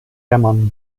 hermann